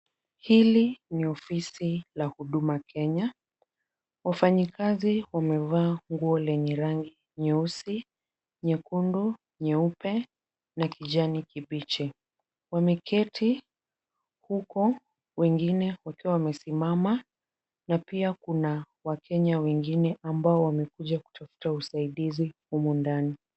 Hili ni ofisi la Huduma Kenya. Wafanyikazi wamevaa nguo lenye rangi nyeusi, nyekundu, nyeupe na kijani kibichi. Wameketi huku wengine wakiwa wamesimama na pia kuna wakenya wengine ambao wamekuja kutafuta usaidizi humu ndani.